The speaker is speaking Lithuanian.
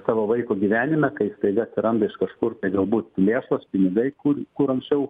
savo vaiko gyvenime kai staiga atsiranda iš kažkur galbūt lėšos pinigai kiur kur anksčiau